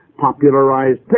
popularized